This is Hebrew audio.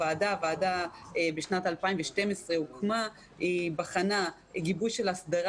הוועדה הוקמה בשנת 2012. היא בחנה גיבוש של הסדרה